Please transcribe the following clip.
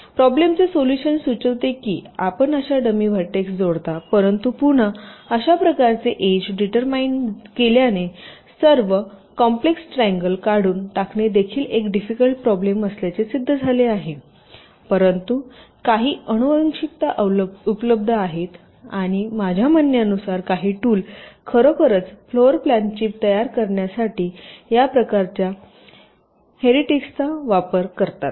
तर प्रॉब्लेम चे सोल्युशन सुचविते की आपण अशा डमी व्हर्टेक्स जोडता परंतु पुन्हा अशा प्रकारचे एज डिटरमाईन केल्याने सर्व कॉम्प्लेक्स ट्रायंगल काढून टाकणे देखील एक डिफिकल्ट प्रॉब्लेम असल्याचे सिद्ध झाले आहे परंतु काही आनुवंशिकता उपलब्ध आहेत आणि माझ्या म्हणण्यानुसार काही टूल खरोखरच फ्लोर प्लॅनची तयार करण्यासाठी या प्रकारच्या हेरिस्टिक्सचा वापर करतात